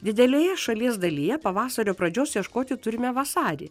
didelėje šalies dalyje pavasario pradžios ieškoti turime vasarį